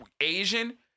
Asian